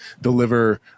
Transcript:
deliver